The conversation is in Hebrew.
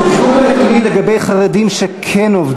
ערבים כן וחרדים לא.